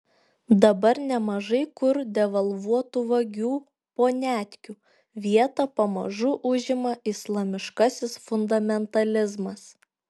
dabar nemažai kur devalvuotų vagių poniatkių vietą pamažu užima islamiškasis fundamentalizmas